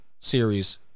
series